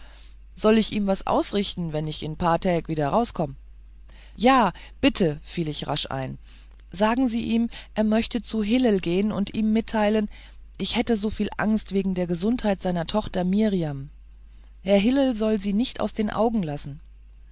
soll ich ihm was ausrichten wenn ich in paar täg wieder herauskomm ja bitte fiel ich rasch ein sagen sie ihm er möchte zu hillel gehen und ihm mitteilen ich hätte soviel angst wegen der gesundheit seiner tochter mirjam herr hillel solle sie nicht aus den augen lassen